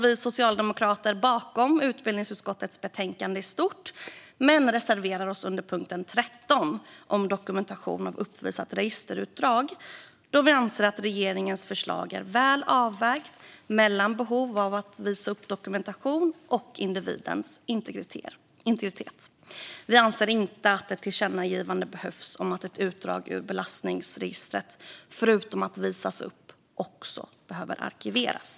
Vi socialdemokrater står bakom utbildningsutskottets förslag i stort, men vi yrkar bifall till reservation 13 under punkt 8 om dokumentation av uppvisat registerutdrag, eftersom vi anser att regeringens förslag är väl avvägt mellan behov av dokumentation och individens integritet. Vi anser inte att ett tillkännagivande behövs om att ett utdrag ur belastningsregistret förutom att visas upp också behöver arkiveras.